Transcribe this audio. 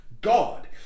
God